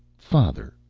father,